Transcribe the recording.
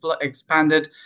expanded